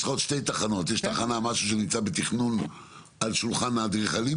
יש עוד שתי תחנות: תכנון על שולחן האדריכלים,